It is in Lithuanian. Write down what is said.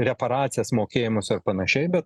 reparacijas mokėjimus ar panašiai bet